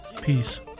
Peace